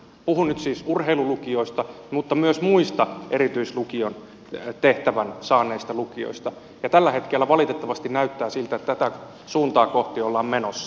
puhun nyt siis urheilulukioista mutta myös muista erityislukion tehtävän saaneista lukioista ja tällä hetkellä valitettavasti näyttää siltä että tätä suuntaa kohti ollaan menossa